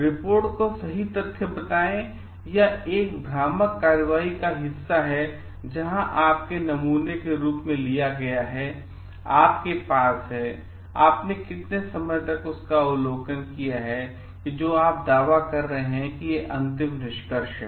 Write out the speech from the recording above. report को सही तथ्य बताएं या यह एक भ्रामक कार्रवाई का एक हिस्सा है जहां आपके नमूने के रूप में लिया गया है आपके पास है आपने कितने समय तक उस अवलोकन करेंगे कि जो आप दावा कर रहे हैं वह एक अंतिम निष्कर्ष है